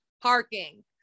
parking